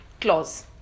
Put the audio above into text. clause